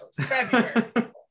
February